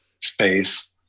space